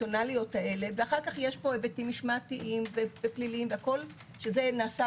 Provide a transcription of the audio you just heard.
אחר כך יש פה היבטים משמעתיים ופליליים, וזה נעשה